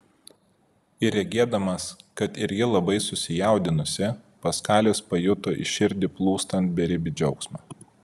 ir regėdamas kad ir ji labai susijaudinusi paskalis pajuto į širdį plūstant beribį džiaugsmą